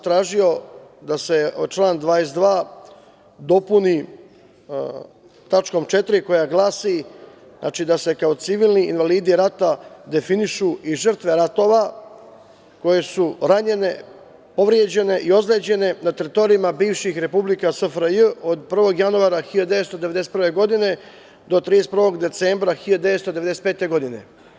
Tražio sam da se član 22. dopuni tačkom 4) koja glasi da se kao civilni invalidi rata definišu i žrtve ratova koje su ranjene, povređene i ozleđene na teritorijama bivših republika SFRJ od 1. januara 1991. godine do 31. decembra 1995. godine.